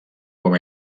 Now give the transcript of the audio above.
com